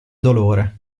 dolore